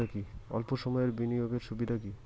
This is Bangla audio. অল্প সময়ের বিনিয়োগ এর সুবিধা কি?